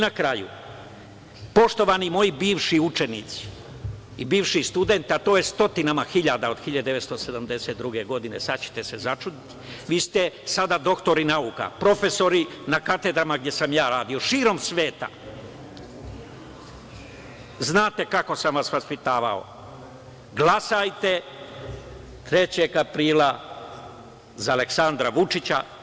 Na kraju, poštovani moji bivši učenici i bivši studenti, a to je stotinama hiljada od 1972. godine, sada ćete se začuditi, vi ste sada doktori nauka, profesori na katedrama gde sam ja radio, širom sveta, znate kako sam vas vaspitavao, glasajte 3. aprila za Aleksandra Vučića.